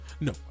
No